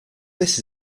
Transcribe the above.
this